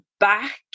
back